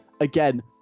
Again